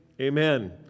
Amen